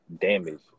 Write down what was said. damage